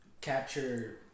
capture